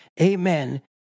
Amen